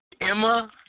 Emma